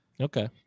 Okay